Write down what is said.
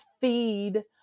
feed